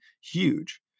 huge